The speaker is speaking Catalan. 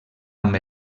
amb